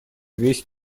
весь